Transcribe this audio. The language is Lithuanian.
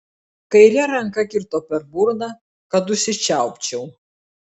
kaire ranka kirto per burną kad užsičiaupčiau